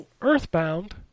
Earthbound